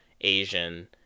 asian